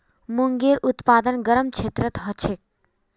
मूंगेर उत्पादन गरम क्षेत्रत ह छेक